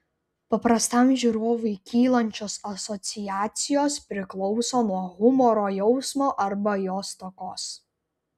paprastam žiūrovui kylančios asociacijos priklauso nuo humoro jausmo arba jo stokos